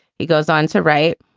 he goes on to write.